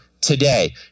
Today